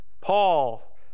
Paul